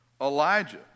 Elijah